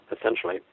essentially